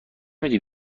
میدی